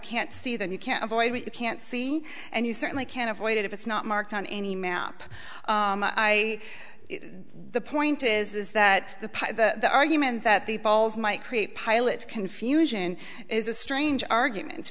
can't see then you can't avoid what you can't see and you certainly can't avoid it if it's not marked on any map i the point is that the argument that the polls might create pilots confusion is a strange argument